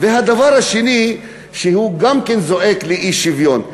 והדבר השני, שהוא גם כן זועק אי-שוויון: